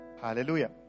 Hallelujah